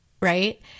right